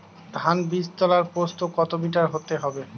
ধান বীজতলার প্রস্থ কত মিটার হতে হবে?